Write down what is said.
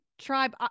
tribe